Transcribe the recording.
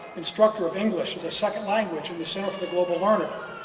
instructor of english as a second language in the center for the global learner,